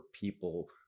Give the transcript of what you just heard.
people